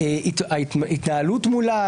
ההתנהלות מולה,